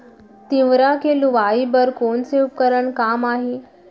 तिंवरा के लुआई बर कोन से उपकरण काम आही?